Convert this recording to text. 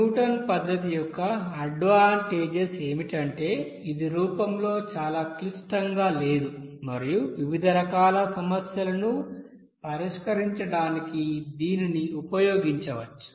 Newton పద్ధతి యొక్క advantages ఏమిటంటే ఇది రూపంలో చాలా క్లిష్టంగా లేదు మరియు వివిధ రకాల సమస్యలను పరిష్కరించడానికి దీనిని ఉపయోగించవచ్చు